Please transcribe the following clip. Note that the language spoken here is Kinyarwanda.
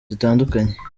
zitandukanye